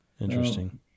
Interesting